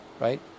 right